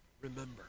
Remember